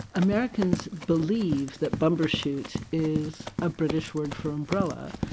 americans believe that bumbershoot is a british word for umbrella,